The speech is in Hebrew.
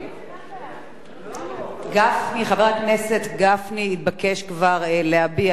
חבר הכנסת גפני התבקש כבר להביע את הבקשה להסרה,